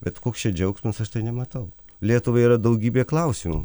bet koks čia džiaugsmas aš tai nematau lietuvai yra daugybė klausimų